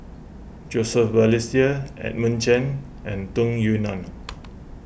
Joseph Balestier Edmund Chen and Tung Yue Nang